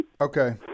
okay